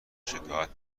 شکایت